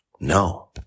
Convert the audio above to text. No